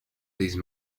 these